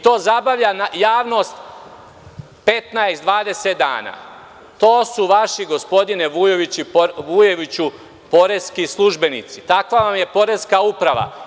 To zabavlja javnost 15-20 dana. to su vaši gospodine Vujoviću, poreski službenici, takva vam je poreska uprava.